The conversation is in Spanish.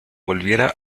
volviera